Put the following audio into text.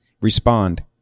Respond